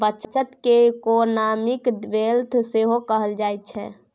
बचत केँ economic wealth सेहो कहल जाइ छै